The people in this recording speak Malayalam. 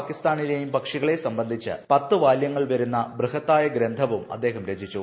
പാകിസ്താനിലെയും പക്ഷികളെ സംബന്ധിച്ച് പത്ത് വാല്യങ്ങൾ വരുന്ന ബൃഹത്തായ ഗ്രന്ഥവും അദ്ദേഹം രചിച്ചു